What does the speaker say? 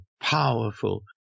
powerful